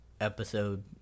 episode